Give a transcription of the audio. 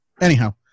Anyhow